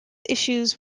issues